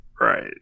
Right